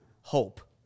hope